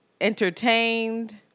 entertained